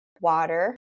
water